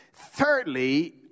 thirdly